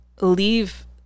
leave